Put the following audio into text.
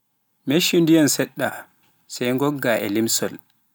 meshshu ndiyam seɗɗa sai ngogga e limsol